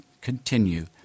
continue